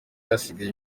hasigaye